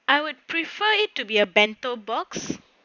I would prefer it to be a bento box